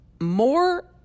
more